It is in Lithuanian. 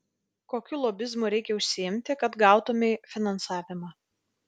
kokiu lobizmu reikia užsiimti kad gautumei finansavimą